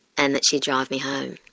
and that she'd drive me home.